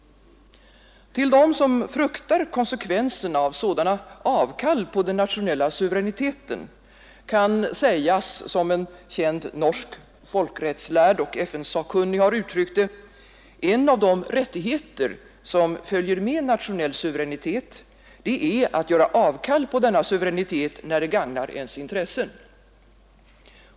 Till dem som fruktar konsekvenserna av sådana avkall på den nationella suveräniteten kan sägas som en känd norsk folkrättslärd och FN-sakkunnig har uttryckt det: En av de rättigheter som följer med nationell suveränitet är att göra avkall på denna suveränitet när det gagnar ens intressen.